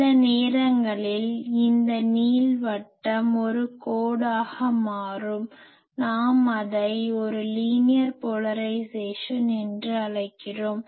சில நேரங்களில் அந்த நீள்வட்டம் ஒரு கோடாக மாறும் அதை நாம் ஒரு லீனியர் போலரைஸேசன் என்று அழைக்கிறோம்